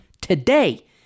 Today